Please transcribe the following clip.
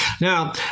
now